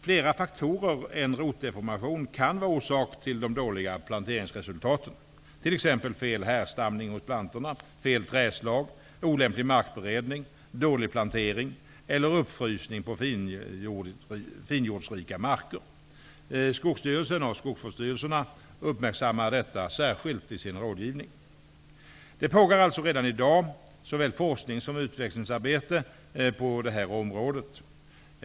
Flera faktorer än rotdeformation kan vara orsak till de dåliga planteringsresultaten, t.ex. fel härstamning hos plantorna, fel trädslag, olämplig markberedning, dålig plantering eller uppfrysning på finjordsrika marker. Skogsstyrelsen och skogsvårdsstyrelserna uppmärksammar detta särskilt i sin rådgivning. Det pågår alltså redan i dag såväl forsknings som utvecklingsarbete på det här området.